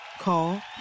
Call